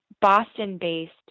Boston-based